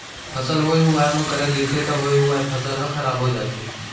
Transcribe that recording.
फसल होए हुवाए म करा गिरगे त होए हुवाए फसल ह खराब हो जाथे